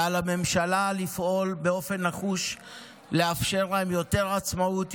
ועל הממשלה לפעול באופן נחוש לאפשר להן יותר עצמאות,